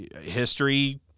history